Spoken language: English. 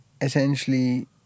essentially